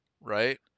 right